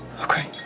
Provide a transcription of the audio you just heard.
Okay